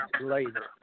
later